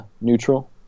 neutral